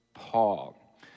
Paul